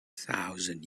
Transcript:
thousand